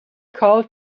called